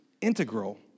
integral